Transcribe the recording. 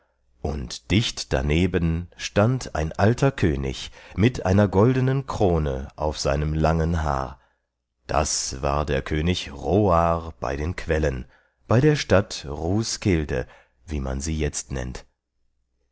und dicht daneben stand ein alter könig mit einer goldenen krone auf seinem langen haar das war der könig hroar bei den quellen bei der stadt roeskilde roesquelle wie man sie jetzt nennt